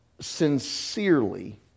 sincerely